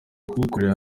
kuwukorera